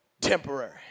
Temporary